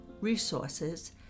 resources